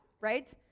right